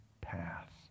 path